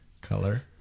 color